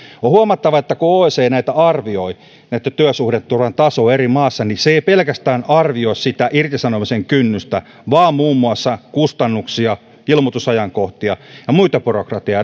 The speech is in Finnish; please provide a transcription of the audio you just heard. on huomattava että kun oecd arvioi työsuhdeturvan tasoa eri maissa niin se ei pelkästään arvioi irtisanomisen kynnystä vaan siinä vertaillaan muun muassa kustannuksia ilmoitusajankohtia ja muuta byrokratiaa